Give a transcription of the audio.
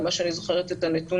ממה שאני זוכרת את הנתונים,